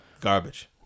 Garbage